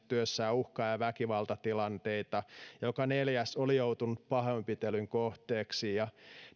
työssään uhkaa ja väkivaltatilanteita ja joka neljäs oli joutunut pahoinpitelyn kohteeksi